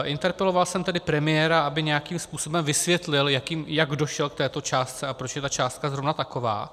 Interpeloval jsem tedy premiéra, aby nějakým způsobem vysvětlil, jak došel k této částce a proč je ta částka zrovna taková.